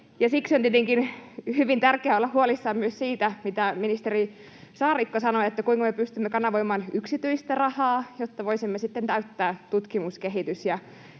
Siksi on tietenkin hyvin tärkeää olla huolissaan myös siitä, mitä ministeri Saarikko sanoi: kuinka me pystymme kanavoimaan yksityistä rahaa, jotta voisimme sitten täyttää tutkimus‑, kehitys‑